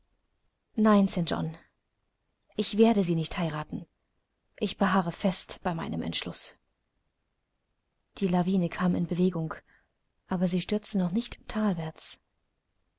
nein st john ich werde sie nicht heiraten ich beharre fest bei meinem entschluß die lawine kam in bewegung aber sie stürzte noch nicht